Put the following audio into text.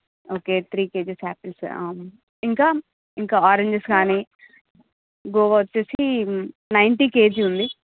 okay three kgs apples ఇంకా ఇంకా oranges గాని గువా వచ్చేసి నైంటీ కేజీ ఉంది